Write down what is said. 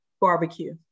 barbecue